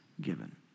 given